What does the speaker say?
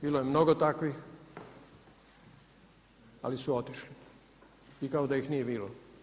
Bilo je mnogo takvih, ali su otišli i kao da ih nije bilo.